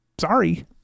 sorry